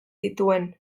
zituen